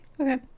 Okay